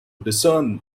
discern